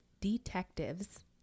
detectives